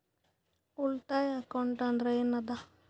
ಉಳಿತಾಯ ಅಕೌಂಟ್ ಅಂದ್ರೆ ಏನ್ ಅದ?